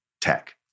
tech